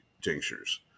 tinctures